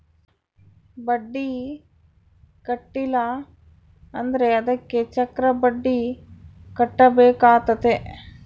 ಬಡ್ಡಿ ಕಟ್ಟಿಲ ಅಂದ್ರೆ ಅದಕ್ಕೆ ಚಕ್ರಬಡ್ಡಿ ಕಟ್ಟಬೇಕಾತತೆ